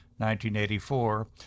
1984